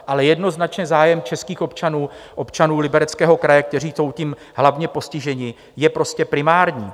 Ale jednoznačně zájem českých občanů, občanů Libereckého kraje, kteří jsou tím hlavně postiženi, je prostě primární.